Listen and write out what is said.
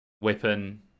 weapon